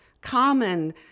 common